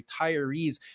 retirees